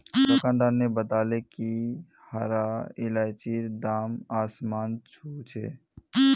दुकानदार न बताले कि हरा इलायचीर दाम आसमान छू छ